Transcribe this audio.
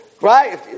right